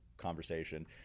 Conversation